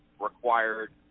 required